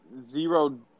zero